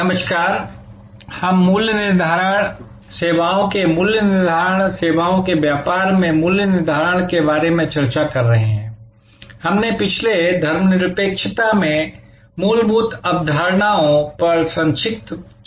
नमस्कार इसलिए हम मूल्य निर्धारण सेवाओं के मूल्य निर्धारण सेवाओं के व्यापार में मूल्य निर्धारण के बारे में चर्चा कर रहे हैं हमने पिछले धर्मनिरपेक्षता में मूलभूत अवधारणाओं पर संक्षिप्त चर्चा की